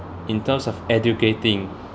in terms of educating